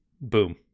Boom